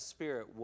Spirit